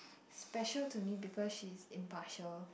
special to me because she is impartial